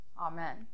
Amen